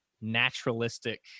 naturalistic